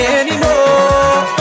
anymore